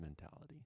mentality